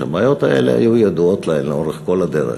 שהבעיות האלה היו ידועות להן לאורך כל הדרך,